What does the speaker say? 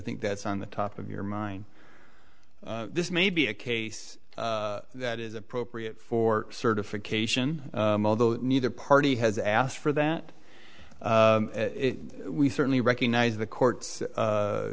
think that's on the top of your mind this may be a case that is appropriate for certification although neither party has asked for that we certainly recognize the court's